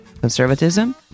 conservatism